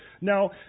now